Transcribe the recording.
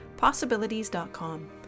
Possibilities.com